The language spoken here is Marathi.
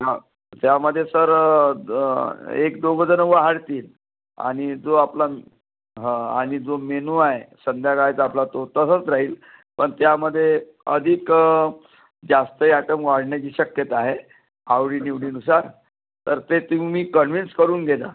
हो त्यामध्ये सर द एक दोघं जणं वाढतील आणि जो आपला हां आणि जो मेनू आहे संध्याकाळचा आपला तो तसाच राहील पण त्यामध्ये अधिक जास्त अॅटम वाढण्याची शक्यता आहे आवडी निवडीनुसार तर ते तुम्ही कन्व्हीन्स करून घे जा